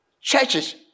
churches